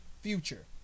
Future